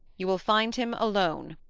you will find him alone.